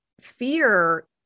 fear